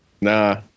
Nah